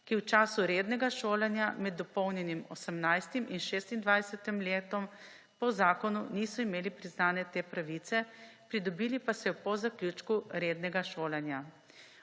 ki v času rednega šolanja med dopolnjenim 18. in 26. letom po zakonu niso imeli priznane te pravice, pridobili pa so jo po zaključku rednega šolanja.